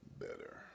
better